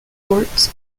fort